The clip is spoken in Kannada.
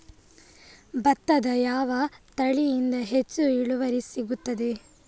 ಭತ್ತದ ಯಾವ ತಳಿಯಿಂದ ಹೆಚ್ಚು ಇಳುವರಿ ಸಿಗುತ್ತದೆ?